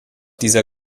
dieser